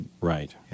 Right